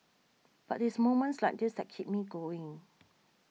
but it's moments like this that keep me going